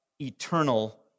eternal